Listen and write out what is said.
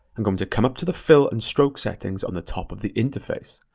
and um to come up to the fill and stroke settings on the top of the interface.